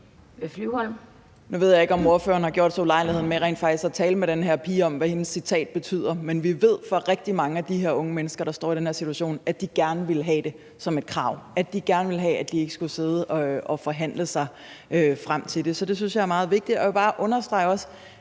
Nu ved jeg ikke, om ordføreren har gjort sig ulejlighed med rent faktisk at tale med den her pige om, hvad hendes citat betyder, men vi ved fra rigtig mange af de her unge mennesker, der står i den her situation, at de gerne vil have det som et krav, at de gerne vil have, at de ikke skal sidde og forhandle sig frem til det. Så det synes jeg er meget vigtigt. Jeg vil også bare understrege,